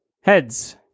Heads